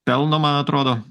pelno man atrodo